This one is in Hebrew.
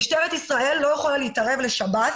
משטרת ישראל לא יכולה להתערב לשירות